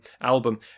album